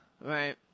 right